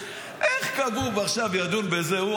איך כבוב ידון בזה עכשיו,